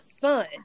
son